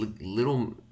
little